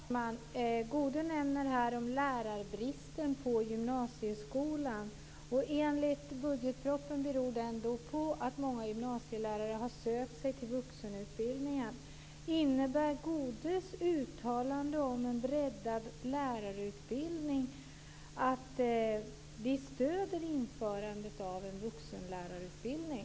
Fru talman! Gunnar Goude nämner lärarbristen på gymnasieskolan. Enligt budgetpropositionen beror den på att många gymnasielärare har sökt sig till vuxenutbildningen. Innebär Gunnar Goudes uttalande om en breddad lärarutbildning att ni stöder införandet av en vuxenlärarutbildning?